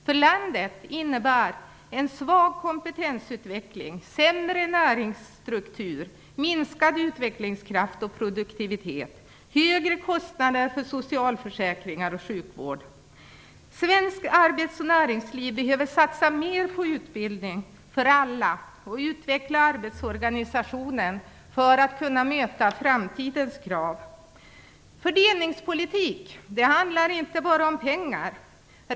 För landet innebär en svag kompetensutveckling sämre näringsstruktur, minskad utvecklingskraft och produktivitet samt högre kostnader för socialförsäkringar och sjukvård. Svenskt arbets och näringsliv behöver satsa mer på utbildning för alla och utveckla arbetsorganisationen för att kunna möta framtidens krav. Fördelningspolitik handlar inte bara om pengar.